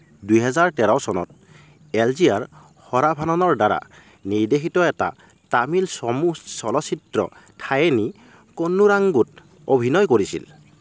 দুহাজাৰ তেৰ চনত এল জি আৰ সৰাভাননৰ দ্বাৰা নিৰ্দ্দেশিত এটা তামিল চমু চলচ্চিত্ৰ থায়েনি কন্নুৰাঙ্গুত অভিনয় কৰিছিল